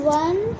one